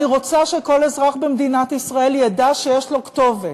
אני רוצה שכל אזרח במדינת ישראל ידע שיש לו כתובת,